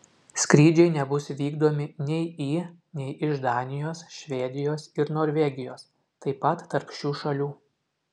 skrydžiai nebus vykdomi nei į nei iš danijos švedijos ir norvegijos taip pat tarp šių šalių